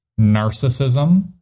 narcissism